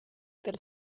pel